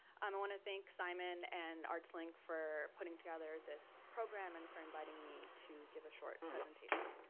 um i want to thank simon and artslink for putting together this program and for inviting me to give a short presentation.